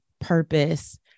purpose